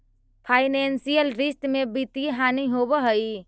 financial रिश्त में वित्तीय हानि होवऽ हई